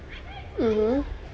mmhmm